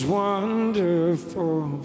wonderful